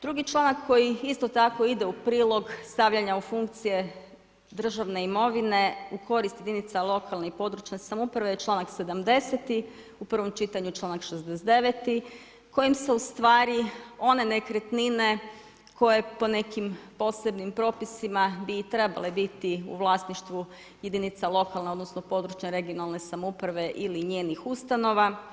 Drugi članak koji isto tako ide u prilog stavljanja u funkcije državne imovine u korist jedinica lokalne i područne samouprave je čl. 70., u prvom čitanju čl. 69. kojim se u stvari one nekretnine koje po nekim posebnim propisima bi i trebale biti u vlasništvu jedinica lokalne odnosno područne regionalne samouprave ili njenih ustanova.